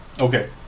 Okay